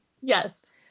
yes